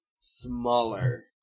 smaller